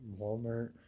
Walmart